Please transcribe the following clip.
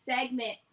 segment